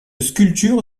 sculpture